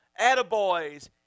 attaboys